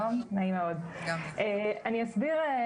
אני אסביר.